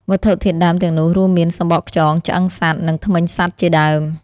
វត្ថុធាតុដើមទាំងនោះរួមមាន សំបកខ្យង ឆ្អឹងសត្វ និងធ្មេញសត្វជាដើម។